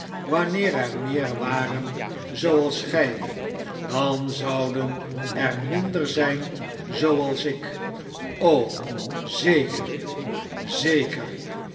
wanneer er meer waren zooals gij dan zouden er minder zijn zooals ik o zeker zeker